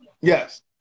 Yes